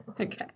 Okay